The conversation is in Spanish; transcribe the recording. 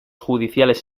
judiciales